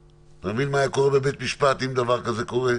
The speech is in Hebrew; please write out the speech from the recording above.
אתה מבין מה היה קורה בבית משפט אם דבר כזה קורה?